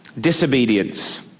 disobedience